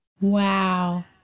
Wow